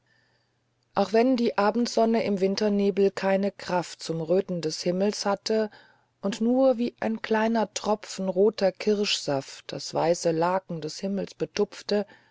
auch wenn die abendsonne im winternebel keine kraft zum röten des himmels hatte und nur wie ein kleiner tropfen roter kirschsaft das weiße laken des himmels betupfte